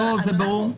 זה ברור.